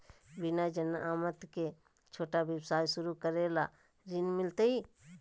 बिना जमानत के, छोटा व्यवसाय शुरू करे ला ऋण मिलतई?